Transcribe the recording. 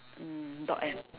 mm dog and